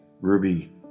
ruby